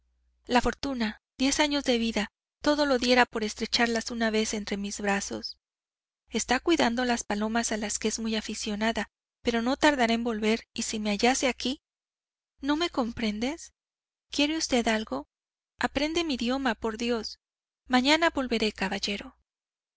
la fortuna diez años de vida todo lo diera por estrecharlas una vez entre mis brazos está cuidando las palomas a las que es muy aficionada pero no tardará en volver y si me hallase aquí no me comprendes quiere usted algo aprende mi idioma por dios mañana volveré caballero